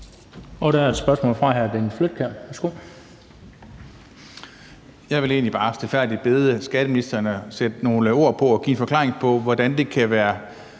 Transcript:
Der er et spørgsmål fra hr. Dennis Flydtkjær.